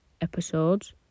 episodes